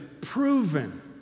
proven